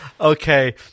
Okay